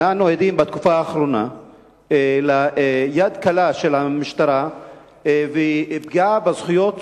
אנו עדים בתקופה האחרונה ליד קלה של המשטרה ולפגיעה בזכויות